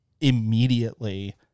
immediately